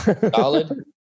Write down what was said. solid